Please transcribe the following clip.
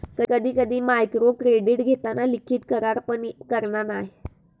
कधी कधी मायक्रोक्रेडीट घेताना लिखित करार पण करना नाय